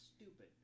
stupid